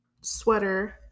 sweater